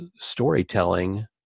storytelling